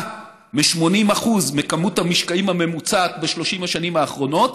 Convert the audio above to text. מ-80% מכמות המשקעים הממוצעת ב-30 השנים האחרונות,